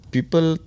People